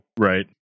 Right